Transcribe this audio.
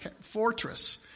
fortress